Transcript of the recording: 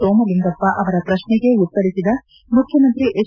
ಸೋಮಲಿಂಗಪ್ಪ ಅವರ ಪ್ರಶ್ನೆಗೆ ಉತ್ತರಿಸಿದ ಮುಖ್ಜಮಂತ್ರಿ ಎಚ್